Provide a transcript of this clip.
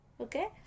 Okay